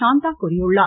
சாந்தா கூறியுள்ளார்